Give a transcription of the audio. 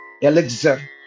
elixir